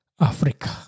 Africa